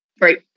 Right